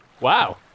Wow